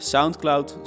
Soundcloud